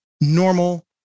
normal